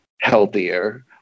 healthier